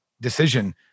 decision